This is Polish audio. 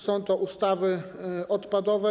Są to ustawy odpadowe.